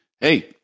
hey